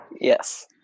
Yes